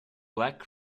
black